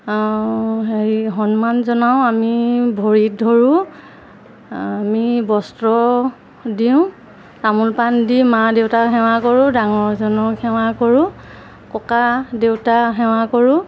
হেৰি সন্মান জনাওঁ আমি ভৰিত ধৰোঁ আমি বস্ত্ৰ দিওঁ তামোল পাণ দি মা দেউতাক সেৱা কৰোঁ ডাঙৰজনক সেৱা কৰোঁ ককা দেউতা সেৱা কৰোঁ